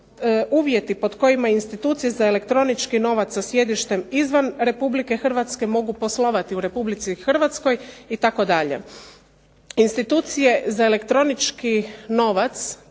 uvjeti pod kojima institucije za elektronički novac sa sjedištem izvan Republike Hrvatske mogu poslovati u Republici Hrvatskoj itd. Institucije za elektronički novac